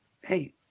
Hey